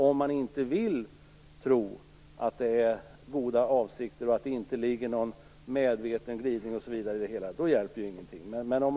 Om man inte vill tro att det är goda avsikter och att det inte finns någon medveten glidning är det klart att ingenting hjälper.